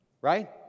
right